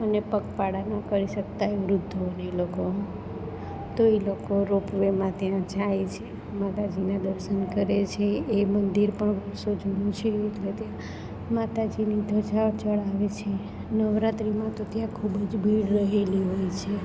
અને પગપાળા ન કરી શકતા હોય વૃદ્ધોને એ લોકો તો એ લોકો રોપ વેમાં ત્યાં જાય છે માતાજીનાં દર્શન કરે છે એ મંદિર પણ વર્ષો જૂનું છે એટલે ત્યાં માતાજીની ધજા ચઢાવે છે નવરાત્રિમાં તો ત્યાં ખૂબ જ ભીડ રહેલી હોય છે